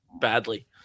badly